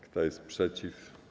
Kto jest przeciw?